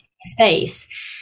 space